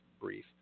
brief